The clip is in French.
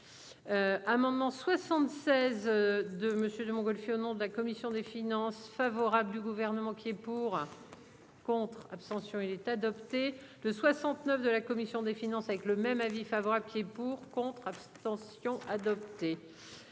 Amendement 76. De monsieur de Montgolfier au nom de la commission des finances favorable du gouvernement qui est pour. Olivier. Contre, abstention il est adopté de 69 de la commission des finances avec le même avis favorable pied pour contre, abstention, adopté.